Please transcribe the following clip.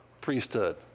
priesthood